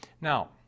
Now